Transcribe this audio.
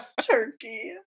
turkey